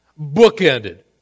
bookended